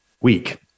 week